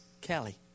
Kelly